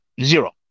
Zero